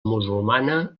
musulmana